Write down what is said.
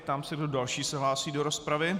Ptám se, kdo další se hlásí do rozpravy.